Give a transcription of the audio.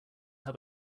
have